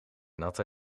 natte